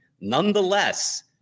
Nonetheless